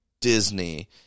Disney